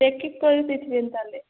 ଦେଖିକରି ପିସିଗଲି ତା'ହେଲେ